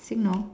signal